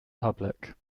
public